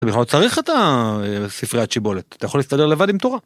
צריך את הספריית שיבולת אתה יכול להסתדר לבד עם תורה.